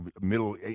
middle